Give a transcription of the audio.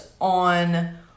on